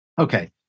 Okay